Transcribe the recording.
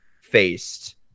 faced